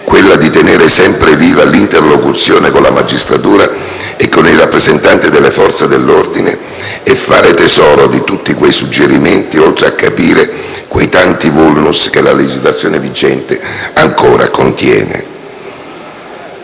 quello di tenere sempre viva l'interlocuzione con la magistratura e con i rappresentanti delle forze dell'ordine e fare tesoro di tutti i suggerimenti, oltre che di capire i tanti *vulnera* che la legislazione vigente ancora contiene.